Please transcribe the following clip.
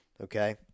Okay